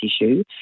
issue